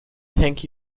thank